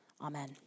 amen